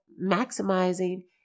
maximizing